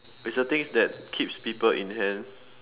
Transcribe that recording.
it's a things that keeps people in hand